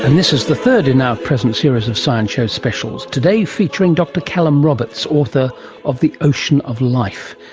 and this is the third in our present series of science show specials, today featuring dr callum roberts, author of the ocean of life.